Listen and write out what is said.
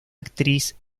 actriz